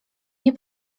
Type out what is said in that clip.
nie